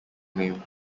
name